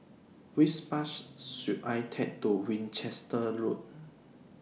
Which Bus should I Take to Winchester Road